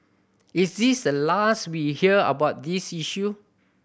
is this the last we hear about this issue